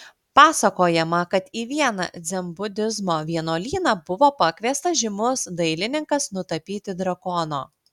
pasakojama kad į vieną dzenbudizmo vienuolyną buvo pakviestas žymus dailininkas nutapyti drakono